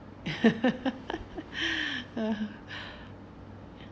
(uh huh)